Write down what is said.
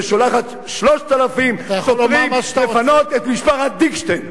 ושולחת 3,000 שוטרים לפנות את משפחת דיקשטיין.